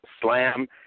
Slam